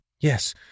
Yes